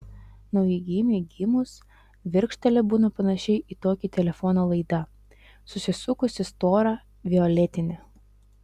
naujagimiui gimus virkštelė būna panaši į tokį telefono laidą susisukusi stora violetinė